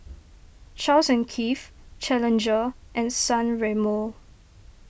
Charles and Keith Challenger and San Remo